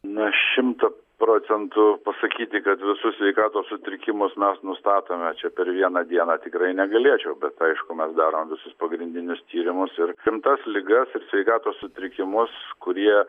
na šimto procentų pasakyti kad visus sveikatos sutrikimus mes nustatome čia per vieną dieną tikrai negalėčiau bet aišku mes darom visus pagrindinius tyrimus ir rimtas ligas ir sveikatos sutrikimus kurie